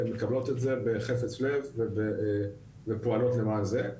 מקבלות את זה בחפץ לב ופועלות למען זה.